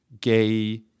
gay